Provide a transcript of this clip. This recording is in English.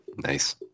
Nice